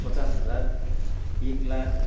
पचास हजार एक लाख